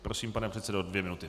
Prosím, pane předsedo, dvě minuty.